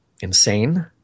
insane